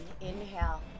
inhale